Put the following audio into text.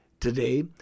Today